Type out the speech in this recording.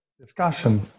discussion